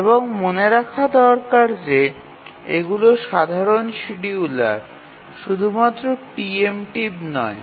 এবং মনে রাখা দরকার যে এগুলি সাধারণ শিডিয়ুলার শুধুমাত্র প্রি এমটিভ নয়